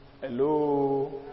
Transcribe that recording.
Hello